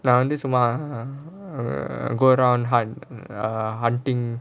அது வந்து சும்மா:athu vanthu summa go down hunt err hunting